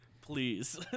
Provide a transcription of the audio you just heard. Please